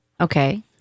Okay